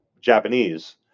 Japanese